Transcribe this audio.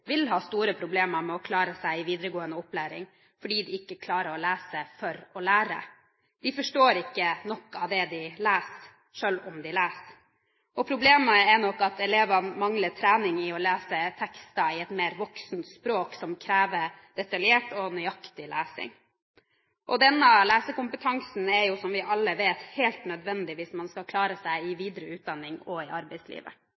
vil ha store problemer med å klare seg i videregårende opplæring fordi de ikke klarer å lese for å lære. De forstår ikke nok av det de leser, selv om de leser. Problemet er nok at elevene mangler trening i å lese tekster i et mer voksent språk, som krever detaljert og nøyaktig lesing. Denne lesekompetansen er som vi alle vet, helt nødvendig hvis man skal klare seg i